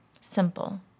simple